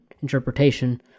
interpretation